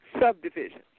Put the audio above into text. subdivisions